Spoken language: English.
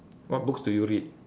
what books do you read